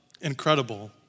incredible